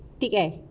tick eh